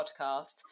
podcast